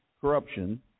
Corruption